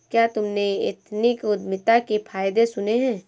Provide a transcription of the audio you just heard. क्या तुमने एथनिक उद्यमिता के फायदे सुने हैं?